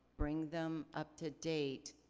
bring them up to date,